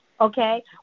okay